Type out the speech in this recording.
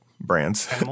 brands